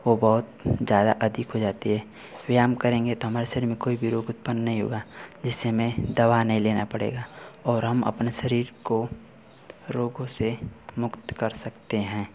वो बहुत ज्यादा अधिक हो जाती है व्यायाम करेंगे तो हमारे शरीर में कोई भी रोग उत्पन्न नहीं होगा जिससे हमें दवा नहीं लेना पड़ेगा और हम अपने शरीर को रोगों से मुक्त कर सकते हैं